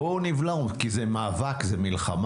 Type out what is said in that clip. בואו נבלום כי זה מאבק, זה מלחמה.